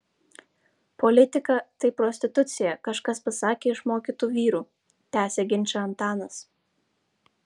politika tai prostitucija kažkas pasakė iš mokytų vyrų tęsia ginčą antanas